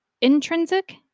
intrinsic